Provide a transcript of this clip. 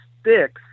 sticks